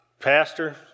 Pastor